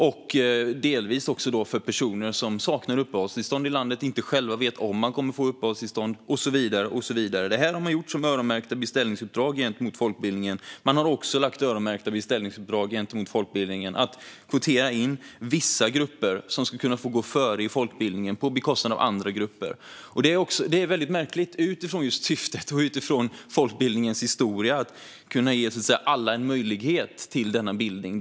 Det gäller delvis också personer som saknar uppehållstillstånd i landet och som inte själva vet om de kommer att få uppehållstillstånd och så vidare. Detta har regeringen gett som öronmärkta beställningsuppdrag till folkbildningen. Man har också gett i uppdrag till folkbildningen att kvotera in vissa grupper som ska kunna gå före på bekostnad av andra. Detta är väldigt märkligt utifrån just folkbildningens syfte och historia: att kunna ge alla en möjlighet till bildning.